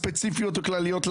ספציפיות וכלליות,